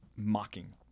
mocking